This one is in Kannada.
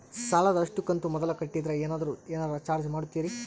ಸಾಲದ ಅಷ್ಟು ಕಂತು ಮೊದಲ ಕಟ್ಟಿದ್ರ ಏನಾದರೂ ಏನರ ಚಾರ್ಜ್ ಮಾಡುತ್ತೇರಿ?